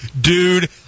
Dude